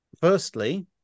firstly